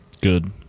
good